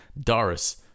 Doris